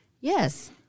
Yes